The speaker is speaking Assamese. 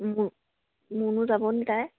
মোৰ মুনু যাবনি তাই